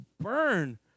burn